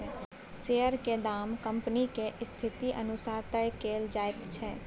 share केर दाम कंपनीक स्थिति अनुसार तय कएल जाइत छै